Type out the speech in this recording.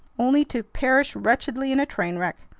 only to perish wretchedly in a train wreck!